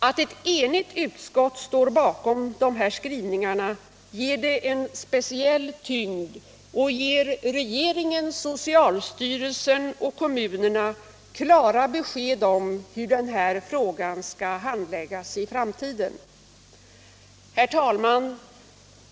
Att ett enigt utskott står bakom dessa formuleringar ger det skrivna en speciell tyngd, och det ger regeringen, socialstyrelsen och kommunerna klara besked om hur den här frågan skall handläggas i framtiden. Herr talman!